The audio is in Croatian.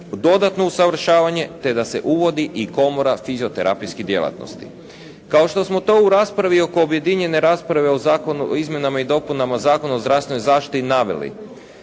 dodatno usavršavanje te da se uvodi i komora fizioterapijske djelatnosti. Kao što smo to u raspravi oko objedinjene rasprave o Zakonu o izmjenama i dopunama Zakona o zdravstvenoj zaštiti i naveli,